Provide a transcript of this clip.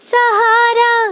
Sahara